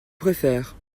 préfère